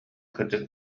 кырдьык